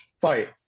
fight